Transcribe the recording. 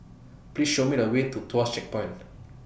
Please Show Me A Way to Tuas Checkpoint